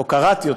או קראתי,